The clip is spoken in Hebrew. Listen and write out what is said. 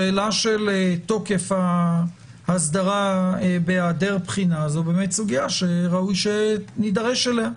שאלה של תוקף האסדרה בהיעדר בחינה היא באמת סוגיה שראוי שנידרש אליה.